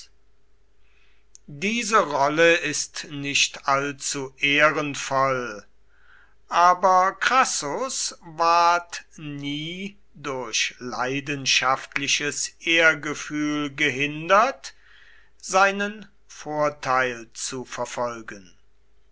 diese rolle ist nicht allzu ehrenvoll aber crassus ward nie durch leidenschaftliches ehrgefühl gehindert seinen vorteil zu verfolgen